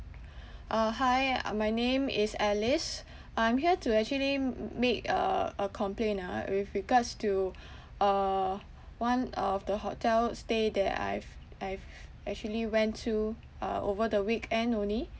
uh hi uh my name is alice I'm here to actually m~ make a a complaint ah with regards to uh one of the hotel stay that I've I've actually went to uh over the weekend only